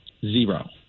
Zero